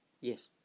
yes